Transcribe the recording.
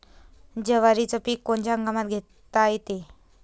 जवारीचं पीक कोनच्या हंगामात घेता येते?